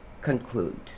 concludes